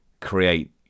create